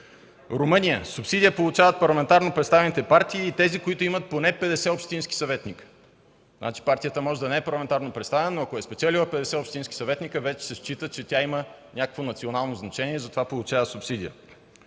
Румъния. Субсидия получават парламентарно представените партии и тези, които имат поне 50 общински съветници. Значи партията може да не е парламентарно представена, но ако е спечелила 50 общински съветници, счита се, че има национално значение и затова получава субсидия.